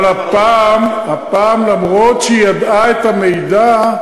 היא מקבלת, אבל הפעם, אף שהיא ידעה את המידע,